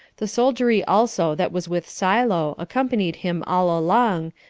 the soldiery also that was with silo accompanied him all along,